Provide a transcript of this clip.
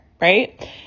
right